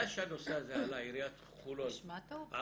מאז שהנושא הזה עלה, עיריית חולון פעלה?